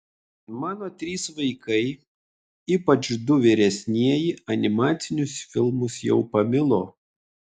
mano trys vaikai ypač du vyresnieji animacinius filmus jau pamilo